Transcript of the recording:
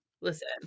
Listen